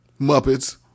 muppets